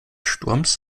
sturms